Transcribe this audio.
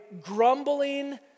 grumbling